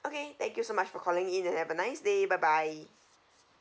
okay thank you so much for calling in and have a nice day bye bye